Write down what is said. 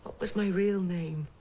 was my real name?